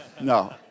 no